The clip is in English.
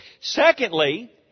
Secondly